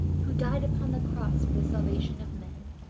who died upon the cross for the salvation of men.